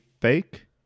fake